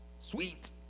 Sweet